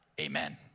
amen